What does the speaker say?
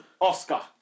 Oscar